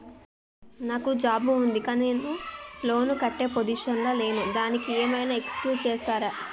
నాకు జాబ్ ఉంది కానీ నేను లోన్ కట్టే పొజిషన్ లా లేను దానికి ఏం ఐనా ఎక్స్క్యూజ్ చేస్తరా?